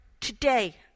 today